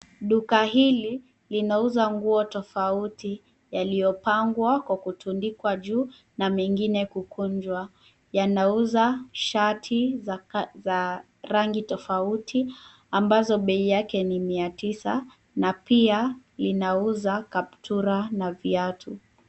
Duka hili linauza nguo tofauti .yaliyopangwa kwa kutundikwa juu na mengine kukunjwa. Yanauza shati za rangi tofauti ambazo bei yake ni mia tisa na pia linauza kaptura na viatu.